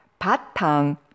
patang